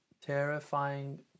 terrifying